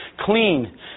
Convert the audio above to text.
clean